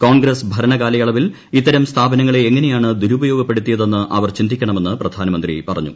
കോൺഗ്രസ് ഭരണകാലയളവിൽ ഇത്തരം സ്ഥാപനങ്ങളെ എങ്ങനെയാണ് ദുരുപയോഗപ്പെടുത്തിയതെന്ന് അവർ ചിന്തിക്കണമെന്ന് പ്രധാനമന്ത്രി പറഞ്ഞു